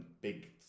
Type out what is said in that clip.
big